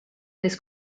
was